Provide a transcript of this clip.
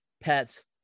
pets